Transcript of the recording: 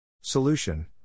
Solution